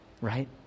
right